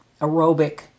aerobic